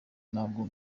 nabwo